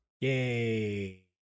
Yay